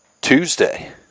Tuesday